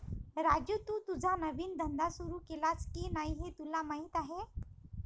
राजू, तू तुझा नवीन धंदा सुरू केलास की नाही हे तुला माहीत आहे